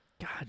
God